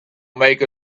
make